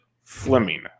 Fleming